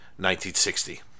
1960